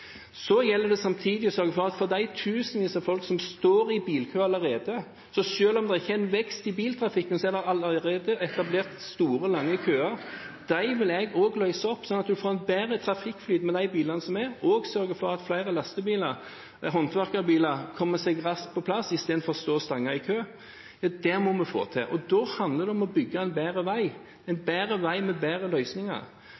gjelder det også å sørge for de tusenvis av folk som står i bilkø allerede. Så selv om det ikke er vekst i biltrafikken, er det allerede etablert store, lange køer, og dem vil jeg også løse opp slik at vi får en bedre trafikkflyt med de bilene som er, og sørge for at flere lastebiler og håndverkerbiler kommer seg raskt på plass istedenfor å stå og stange i kø. Det må vi få til, og da handler det om å bygge en bedre vei, en bedre vei med bedre løsninger.